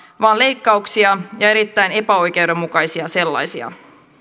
vaan leikkauksia ja erittäin epäoikeudenmukaisia sellaisia